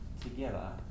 together